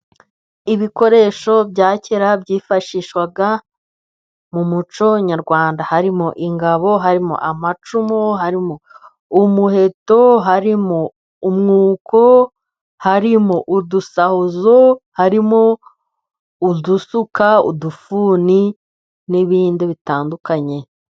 Ibikoresho bya kera byifashishwaga mu mucyo nyarwanda. Harimo ingabo, harimo amacumu, harimo umuheto, harimo umwuko, harimo udusahuzo, harimo udusuka, udufuni n'ibindi bitandukanye.